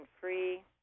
free